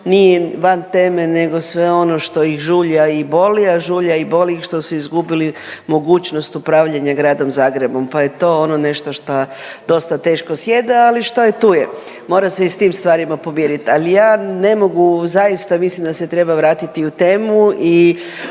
nije van teme nego sve ono što ih žulja i boli, a žulja i boli ih što su izgubili mogućnost upravljanja Gradom Zagrebom, pa je to ono nešto šta dosta teško sjeda, ali što je tu je, mora se i s tim stvarima pomirit. Ali ja ne mogu, zaista mislim da se treba vratiti u temu i